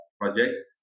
projects